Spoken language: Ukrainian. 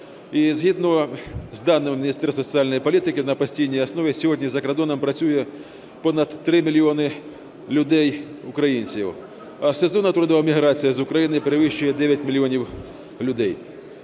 згідно з даними Міністерства соціальної політики на постійній основі сьогодні за кордоном працює понад 3 мільйони людей, українців, а сезонна трудова міграція з України перевищує 9 мільйонів людей.